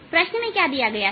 प्रश्न में क्या दिया गया है